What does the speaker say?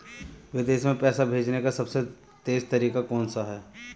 विदेश में पैसा भेजने का सबसे तेज़ तरीका कौनसा है?